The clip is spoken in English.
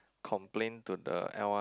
complain to the L_R~